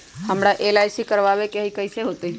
हमरा एल.आई.सी करवावे के हई कैसे होतई?